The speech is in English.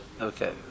Okay